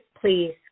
please